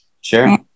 Sure